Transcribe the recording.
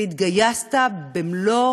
והתגייסת במלוא